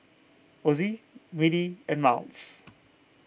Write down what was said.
Ozi Mili and Miles